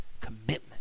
commitment